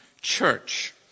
church